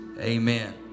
Amen